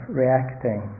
reacting